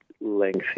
lengthy